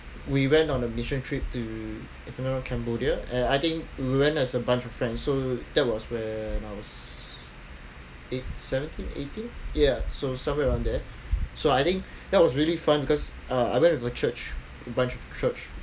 we went on a mission trip to if I'm not wrong cambodia and I think we went as a bunch of friends so that was when I was eight seventeen eighteen ya so somewhere around there so I think that was really fun because uh I went to go church branch of church